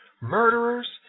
murderers